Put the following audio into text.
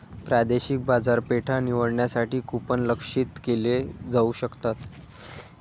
प्रादेशिक बाजारपेठा निवडण्यासाठी कूपन लक्ष्यित केले जाऊ शकतात